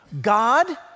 God